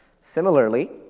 Similarly